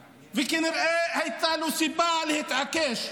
כנראה, הייתה לו סיבה להתעקש,